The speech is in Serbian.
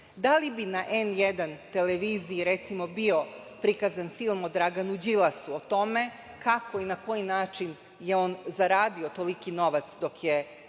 li bi na N1 televiziji, recimo, bio prikazan film o Draganu Đilasu o tome kako i na koji način je on zaradio toliki novac dok je